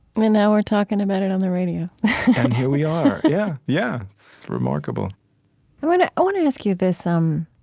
now we're talking about it on the radio and here we are. yeah. yeah. it's remarkable i want to want to ask you this um